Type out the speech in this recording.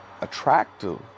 attractive